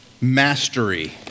Mastery